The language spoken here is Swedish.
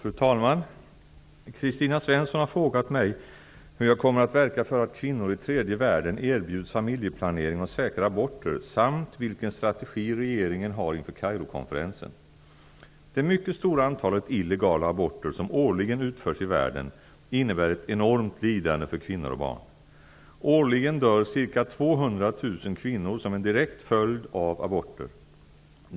Fru talman! Kristina Svensson har frågat mig hur jag kommer att verka för att kvinnor i tredje världen erbjuds familjeplanering och säkra aborter samt vilken strategi regeringen har inför Det mycket stora antalet illegala aborter som årligen utförs i världen innebär ett enormt lidande för kvinnor och barn. Årligen dör ca 200 000 kvinnor som en direkt följd av aborter.